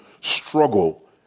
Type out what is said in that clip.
struggle